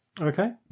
Okay